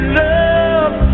love